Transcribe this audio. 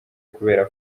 kubera